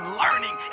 learning